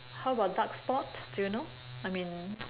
how about dark spots do you know I mean